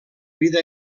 vida